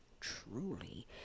truly